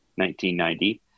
1990